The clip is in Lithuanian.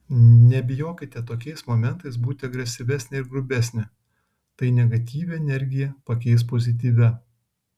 nebijokite tokiais momentais būti agresyvesnė ir grubesnė tai negatyvią energiją pakeis pozityvia